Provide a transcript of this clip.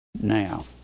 Now